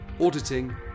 auditing